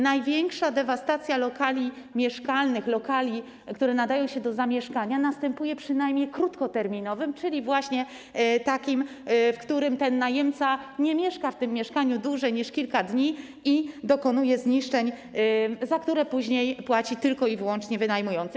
Największa dewastacja lokali mieszkalnych, lokali, które nadają się do zamieszkania, następuje przy najmie krótkoterminowym, czyli właśnie takim, w którym najemca nie mieszka w tym mieszkaniu dłużej niż kilka dni i dokonuje zniszczeń, za które później płaci tylko i wyłącznie wynajmujący.